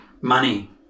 money